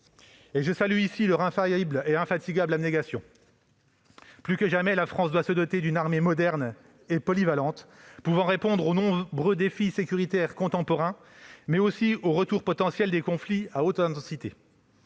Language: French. Je salue ici leur infaillible et infatigable abnégation. Plus que jamais, la France doit se doter d'une armée moderne et polyvalente pouvant répondre aux nombreux défis sécuritaires contemporains, mais aussi au retour potentiel des conflits à haute intensité.